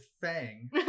Fang